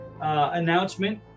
announcement